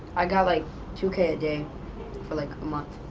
i got like two k a day. for like a month.